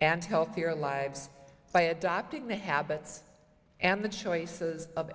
and healthier lives by adopting the habits and the choices of